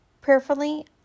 Prayerfully